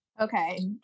Okay